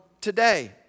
today